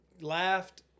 laughed